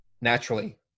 naturally